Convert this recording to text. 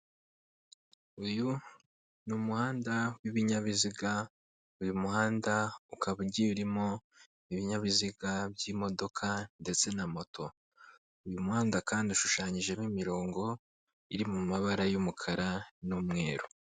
Uyu ni umuhanda w'ibinyabiziga, uyu muhanda ukaba ugiye urimo ibinyabiziga by'imodoka ndetse na moto, uyu muhanda kandi ushushanyijemo imirongo iri mu mabara y'umukara n'umweru.